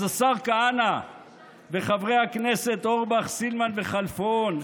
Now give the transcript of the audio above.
אז השר כהנא וחברי הכנסת אורבך, סילמן וכלפון,